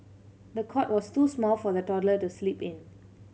the cot was too small for the toddler to sleep in